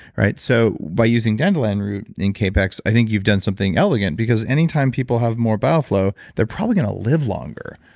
right? so by using dandelion root in capex, i think you've done something elegant because anytime people have more bowel flow, they're probably going to live longer.